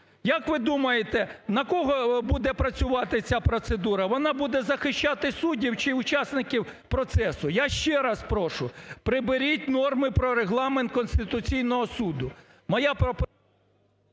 Як ви думаєте, на кого буде працювати ця процедура? Вона буде захищати суддів чи учасників процесу? Я ще раз прошу, приберіть норми про Регламент Конституційного Суду.